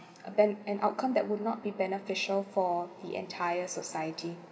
a ben~ an outcome that will not be beneficial for the entire society